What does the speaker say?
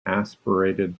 aspirated